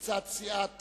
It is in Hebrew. מצד סיעת